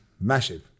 Massive